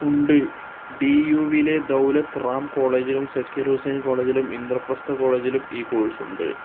ഉണ്ട് D U വീലെ ദൗലത്ത് റാം കോളേജിലും സക്കീർ ഹുസൈൻ കോളേജിലും ഇന്ദ്രപ്രസ്ഥ കോളേജിലും ഈ കോഴ്സുണ്ട്